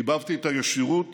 חיבבתי את הישירות